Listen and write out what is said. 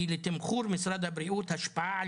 "..כי לתמחור משרד הבריאות השפעה על